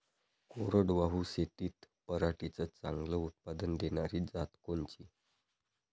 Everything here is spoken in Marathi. कोरडवाहू शेतीत पराटीचं चांगलं उत्पादन देनारी जात कोनची?